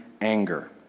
anger